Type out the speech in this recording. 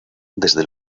desde